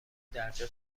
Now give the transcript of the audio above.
درجا